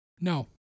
No